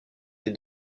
des